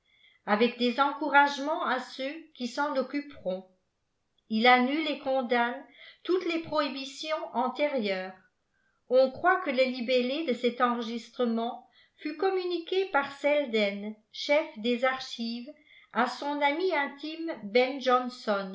avec des encouragements â ceux qui s'en occuperont il annule et condamne toutes les prohibitions antérieures oa croit que le libellé de cet enregistrement fut communiqué par selden chef des archives à son ami intime ben